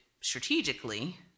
strategically